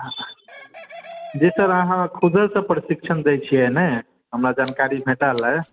जी sir अहाँ खुदेसे प्रशिक्षण देछिये ने हमरा जानकारी भेटल अछि